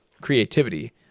creativity